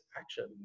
action